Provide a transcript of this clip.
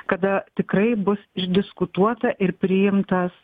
kada tikrai bus išdiskutuota ir priimtas